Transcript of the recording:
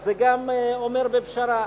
זה גם אומר בפשרה.